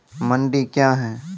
मंडी क्या हैं?